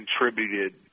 contributed